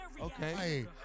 Okay